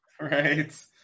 Right